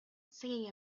singing